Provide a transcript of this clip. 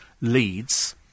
leads